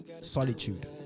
solitude